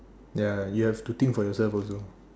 ya you have to think for yourself also